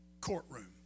courtroom